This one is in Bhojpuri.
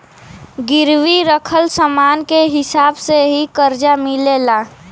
गिरवी रखल समान के हिसाब से ही करजा मिलेला